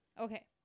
Okay